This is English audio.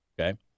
okay